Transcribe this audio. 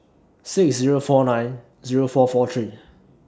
six Zero four nine Zero four four three